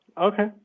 Okay